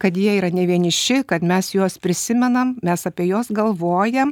kad jie yra nevieniši kad mes juos prisimenam mes apie juos galvojam